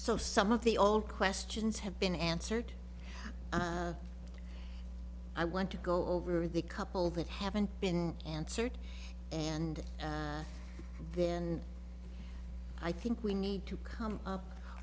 so some of the all questions have been answered and i want to go over the couple that haven't been answered and then i think we need to come up